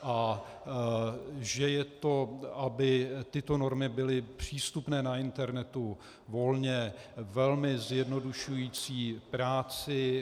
A že je to, aby tyto normy byly přístupné na internetu volně, velmi zjednodušující práci.